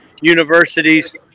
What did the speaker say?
universities